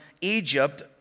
Egypt